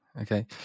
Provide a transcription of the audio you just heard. Okay